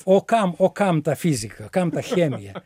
o kam o kam ta fizika kam ta chemija